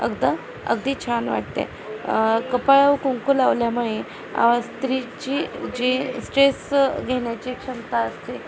अगदं अगदी छान वाटते कपाळावर कुंकू लावल्यामुळे आ स्त्रीची जी स्ट्रेस घेण्याची क्षमता असते